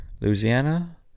Louisiana